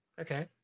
Okay